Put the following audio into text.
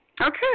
Okay